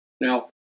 Now